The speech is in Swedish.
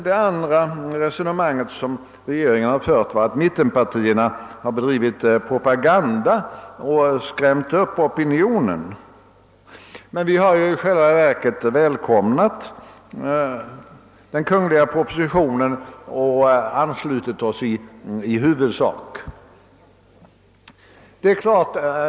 Det andra resonemang som regeringen har fört är att mittenpartierna har bedrivit propaganda och skrämt upp opinionen. I själva verket har vi ju välkomnat den kungl. propositionen och i huvudsak anslutit oss till förslagen där.